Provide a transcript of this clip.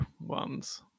ones